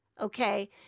Okay